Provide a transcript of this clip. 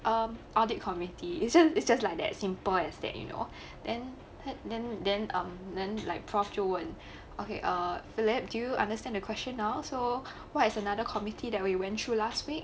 um audit committee isn't it just like that simple as that you know then then then then um like prof 就问 okay err philip do you understand the question now so what is another committee that we went through last week